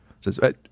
Says